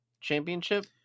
Championship